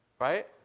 Right